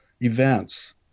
events